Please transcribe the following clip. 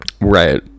Right